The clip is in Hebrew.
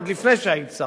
עוד לפני שהיית שרה.